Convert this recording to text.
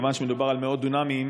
מכיוון שמדובר על מאות דונמים,